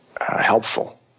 helpful